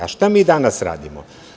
A šta mi danas radimo?